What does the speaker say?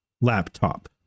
laptop